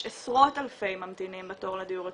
יש עשרות אלפי ממתינים בתור לדיור הציבורי.